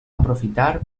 aprofitar